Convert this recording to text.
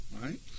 right